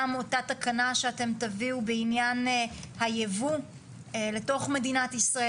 גם אותה תקנה שאתם תביאו בעניין היבוא לתוך מדינת ישראל,